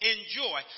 Enjoy